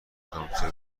کامپیوتر